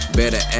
better